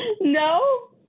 No